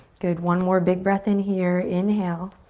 good one more big breath in here, inhale.